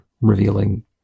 revealing